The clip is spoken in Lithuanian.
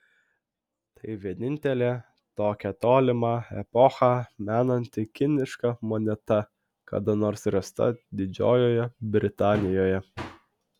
tai vienintelė tokią tolimą epochą menanti kiniška moneta kada nors rasta didžiojoje britanijoje